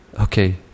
Okay